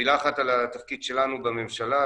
מילה אחת על התפקיד שלנו בממשלה,